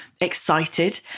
excited